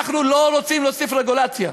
אנחנו לא רוצים להוסיף רגולציה.